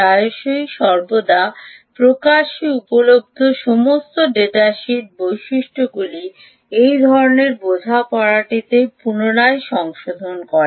প্রায়শই সর্বদা প্রকাশ্যে উপলভ্য সমস্ত ডেটা শিট বৈশিষ্ট্যগুলি এই ধরণের বোঝাপড়াটিকে পুনরায় সংশোধন করে